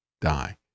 die